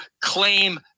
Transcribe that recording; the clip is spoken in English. claim